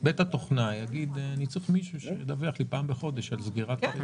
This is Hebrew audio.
בית התוכנה יגיד: אני צריך מישהו שידווח לי פעם בחודש על סגירת התיקים.